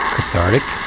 Cathartic